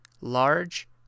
Large